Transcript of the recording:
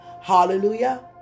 Hallelujah